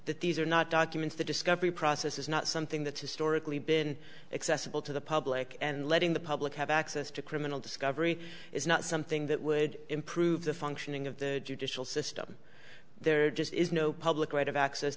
that these are not documents the discovery process is not something that's historically been accessible to the public and letting the public have access to criminal discovery is not something that would improve the functioning of the judicial system there just is no public right of access